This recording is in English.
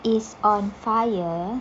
is on fire